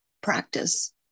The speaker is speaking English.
practice